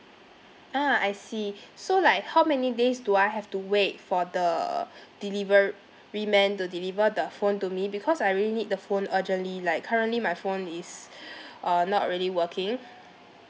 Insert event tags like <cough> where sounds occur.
ah I see so like how many days do I have to wait for the delivery man to deliver the phone to me because I really need the phone urgently like currently my phone is <breath> uh not really working